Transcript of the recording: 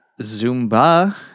Zumba